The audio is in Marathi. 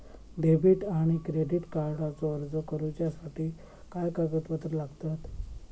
डेबिट आणि क्रेडिट कार्डचो अर्ज करुच्यासाठी काय कागदपत्र लागतत?